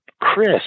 Chris